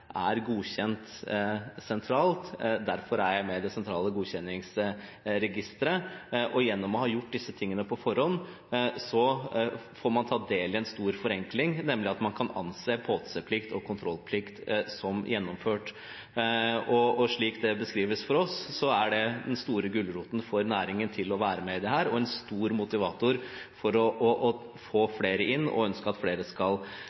godkjent sentralt og derfor er med i det sentrale godkjenningsregisteret. Gjennom å ha gjort disse tingene på forhånd får man ta del i en stor forenkling, nemlig at man kan anse påseplikt og kontrollplikt som gjennomført. Slik det beskrives for oss, er dette den store gulroten for næringen til å være med på dette, og en stor motivator for å få flere inn og ønske at flere skal